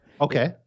Okay